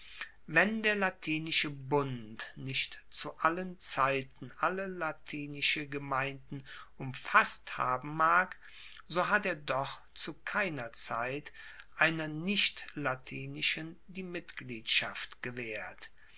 wenn der latinische bund nicht zu allen zeiten alle latinische gemeinden umfasst haben mag so hat er doch zu keiner zeit einer nicht latinischen die mitgliedschaft gewaehrt